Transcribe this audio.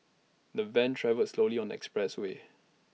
the van travelled slowly on the expressway